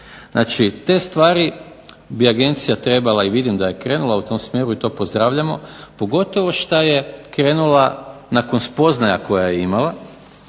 Znači, te stvari bi Agencija trebala i vidim da je krenula u tom smjeru i to pozdravljamo, pogotovo što je krenula nakon spoznaja koje je imala,